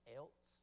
else